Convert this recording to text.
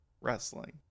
wrestling